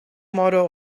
model